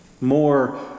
more